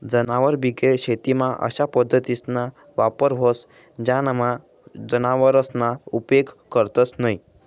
जनावरबिगेर शेतीमा अशा पद्धतीसना वापर व्हस ज्यानामा जनावरसना उपेग करतंस न्हयी